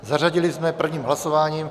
Zařadili jsme prvním hlasováním.